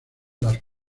las